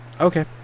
Okay